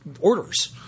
orders